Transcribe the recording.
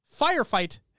Firefight